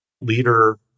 leader